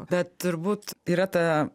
bet turbūt yra ta